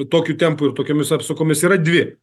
tokiu tempu ir tokiomis apsukomis yra dvi